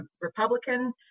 Republican